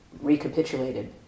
recapitulated